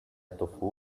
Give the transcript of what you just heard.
tofu